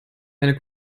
eine